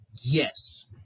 yes